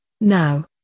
Now